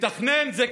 לתכנן זה קשה,